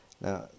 Now